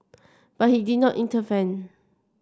but he did not intervene